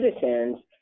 citizens